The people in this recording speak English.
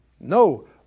no